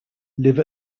live